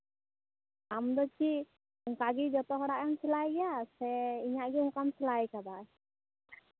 ᱟᱢ ᱫᱚ ᱪᱮᱫ ᱚᱱᱠᱟᱜᱮ ᱡᱚᱛᱦᱚᱲᱟᱜ ᱮᱢ ᱥᱮᱞᱟᱭᱟ ᱥᱮ ᱤᱧᱟᱹᱜ ᱜᱮ ᱚᱱᱠᱟᱢ ᱥᱮᱞᱟᱭ ᱠᱟᱫᱟ